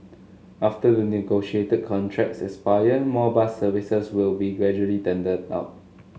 after the negotiated contracts expire more bus services will be gradually tendered out